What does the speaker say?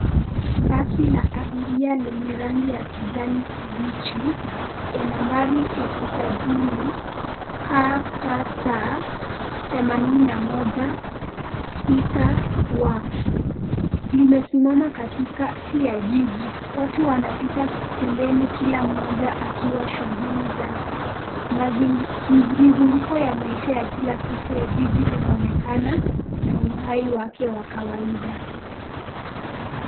Basi la abiria lenye rangi ya kijani kibichi ya nambari ya usajili KCC 816Y limesimama katikati ya jiji. Watu wanapita pembeni kila mmoja akiwa shughuli zake. Mizunguko ya maisha ya kila siku ya jiji linaonekana na uhai wake wa kawaida.